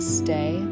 stay